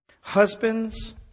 Husbands